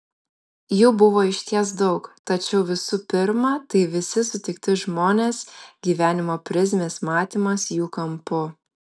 jų buvo išties daug tačiau visų pirma tai visi sutikti žmonės gyvenimo prizmės matymas jų kampu